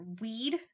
Weed